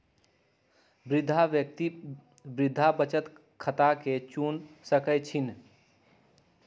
वृद्धा व्यक्ति वृद्धा बचत खता के चुन सकइ छिन्ह